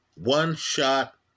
One-shot